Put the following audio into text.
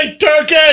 turkey